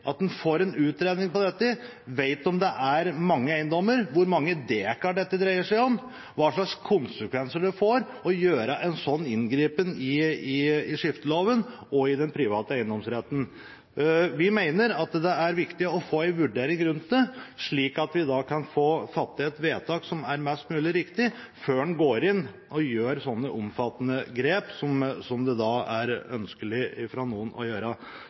at en får en utredning av dette, slik at en vet om det er mange eiendommer, hvor mange dekar dette dreier seg om, og hva slags konsekvenser det får å gjøre et sånt inngrep i skifteloven og i den private eiendomsretten. Vi mener at det er viktig å få en vurdering rundt det, slik at vi kan fatte et vedtak som er mest mulig riktig, før en går inn og gjør sånne omfattende grep som det er ønskelig for noen å gjøre.